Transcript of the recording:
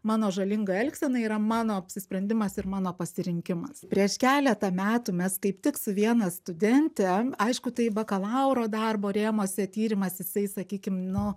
mano žalinga elgsena yra mano apsisprendimas ir mano pasirinkimas prieš keletą metų mes kaip tik su viena studente aišku tai bakalauro darbo rėmuose tyrimas jisai sakykim nu